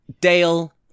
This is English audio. Dale